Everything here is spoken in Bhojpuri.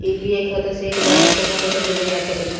यू.पी.आई खाता से एक बार म केतना पईसा भेजल जा सकेला?